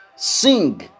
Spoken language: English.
Sing